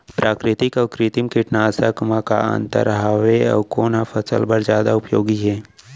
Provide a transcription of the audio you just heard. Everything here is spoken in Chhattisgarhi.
प्राकृतिक अऊ कृत्रिम कीटनाशक मा का अन्तर हावे अऊ कोन ह फसल बर जादा उपयोगी हे?